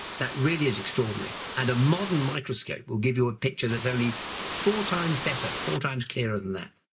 that really is extraordinary. and a modern microscope will give you a picture that's only four times better, four times clearer than that.